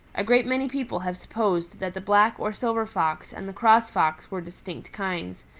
a great many people have supposed that the black or silver fox and the cross fox were distinct kinds.